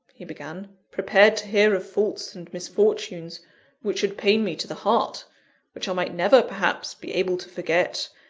he began, prepared to hear of faults and misfortunes which should pain me to the heart which i might never, perhaps, be able to forget,